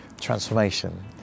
transformation